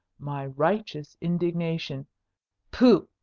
my righteous indignation pooh!